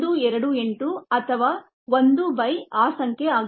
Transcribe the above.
128 ಅಥವಾ 1 by ಆ ಸಂಖ್ಯೆ ಆಗಿದೆ